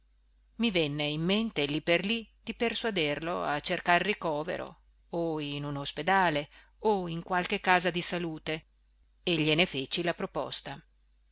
i venne in mente lì per lì di persuaderlo a cercar ricovero o in un ospedale o in qualche casa di salute e gliene feci la proposta